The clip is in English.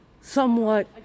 somewhat